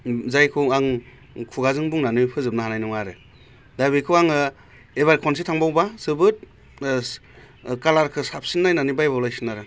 जायखौ आं खुगाजों बुंनानै फोजोबनो हानाय नङा आरो दा बेखौ आङो एबार खनसे थांबावबा जोबोर कालारखौ साबसिन नायनानै बायबावलायसिगोन आरो